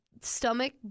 stomach